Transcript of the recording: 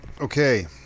Okay